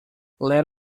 let